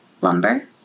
lumber